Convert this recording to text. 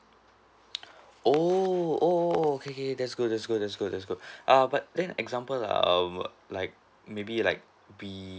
oo oo okay okay that's good that's good that's good that's good err but then example err like maybe like we